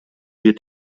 wird